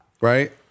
right